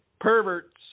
perverts